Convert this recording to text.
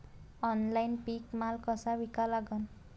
Online पीक माल कसा विका लागन?